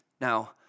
Now